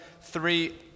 three